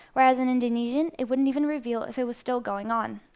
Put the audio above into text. whereas in indonesian it wouldn't even reveal if it was still going on.